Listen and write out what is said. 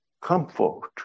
comfort